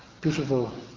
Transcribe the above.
Beautiful